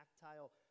tactile